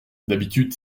d’habitude